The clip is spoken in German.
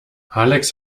alex